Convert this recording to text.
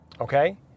okay